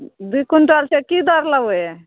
दुइ क्विन्टल छै कि दर लेबै